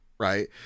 Right